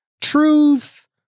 truth